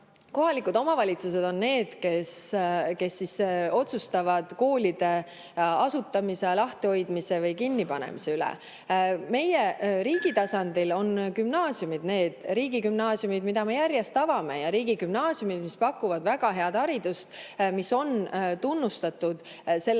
kohalikud omavalitsused on need, kes otsustavad koolide asutamise, lahtihoidmise ja kinnipanemise üle. Meie, riigi tasandil on gümnaasiumid: riigigümnaasiumid, mida me järjest avame ja mis pakuvad väga head haridust. Neid on tunnustatud selle